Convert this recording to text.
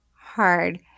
hard